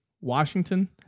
Washington